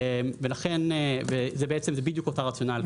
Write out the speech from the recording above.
זה בדיוק אותו רציונל.